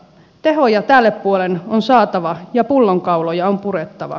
tehoja tälle puolen on saatava ja pullonkauloja on purettava